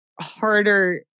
harder